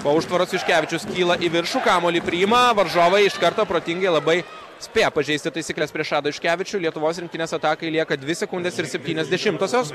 po užtvaros juškevičius kyla į viršų kamuolį priima varžovai iš karto protingi labai spėję pažeisti taisykles prieš adą juškevičių lietuvos rinktinės atakai lieka dvi sekundės ir septynios dešimtosios